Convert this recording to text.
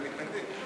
והם מתנגדים.